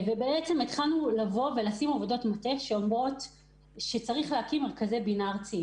התחלנו בעבודת מטה שתפקידה הקמת מרכזי בינה ארציים.